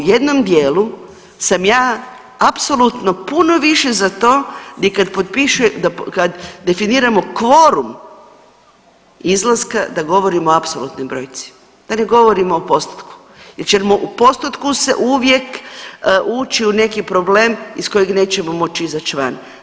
U jednom dijelu sam ja apsolutno puno više za to gdje kad potpiše, kad definiramo kvorum izlaska da govorimo o apsolutnoj brojci, da ne govorimo o postotku jer ćemo u postotku se uvijek ući u neki problem iz kojeg nećemo moći izaći van.